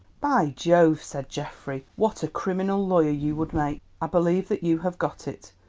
by jove, said geoffrey, what a criminal lawyer you would make! i believe that you have got it.